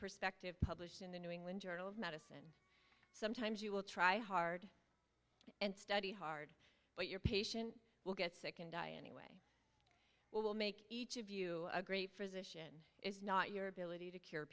perspective published in the new england journal of medicine sometimes you will try hard and study hard but your patient will get sick and die anyway what will make each of you a great physician is not your ability to cure